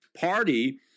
party